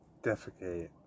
Defecate